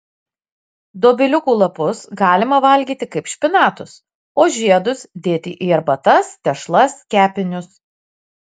dobiliukų lapus galima valgyti kaip špinatus o žiedus dėti į arbatas tešlas kepinius